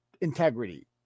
integrity